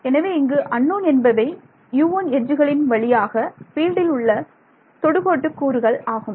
எனவே இங்கு அன்னோன் என்பவை U1 எட்ஜுகளின் வழியாக ஃபீல்டில் உள்ள தொடுகோட்டு கூறுகள் ஆகும்